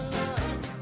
love